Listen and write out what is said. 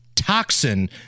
toxin